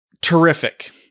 terrific